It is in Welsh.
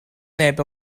neb